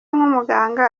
nk’umuganga